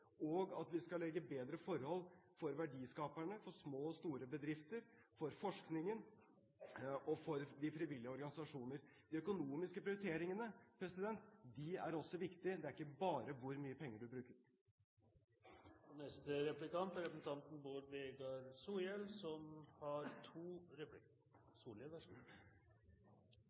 og at vi skal legge forholdene bedre til rette for verdiskaperne, for små og store bedrifter, for forskningen og for de frivillige organisasjonene. De økonomiske prioriteringene er også viktige. Det er ikke bare hvor mye penger du bruker. Relativt små forskjellar er ingen naturgitt verdi som